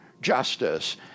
justice